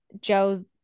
Joe's